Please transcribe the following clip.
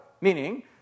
meaning